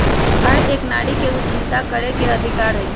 हर एक नारी के उद्यमिता करे के अधिकार हई